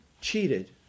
cheated